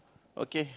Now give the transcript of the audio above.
okay